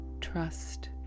trust